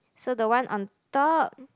so the one on top